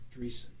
Dreesen